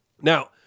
Now